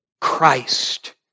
Christ